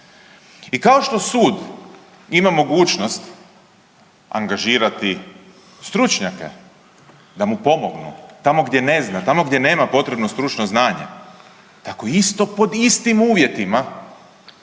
I kao što sud ima mogućnost angažirati stručnjake da mu pomognu tamo gdje ne zna, tamo gdje nema potrebno stručno znanje tako isto pod istim uvjetima